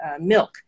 milk